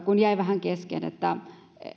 kun jäi vähän kesken sen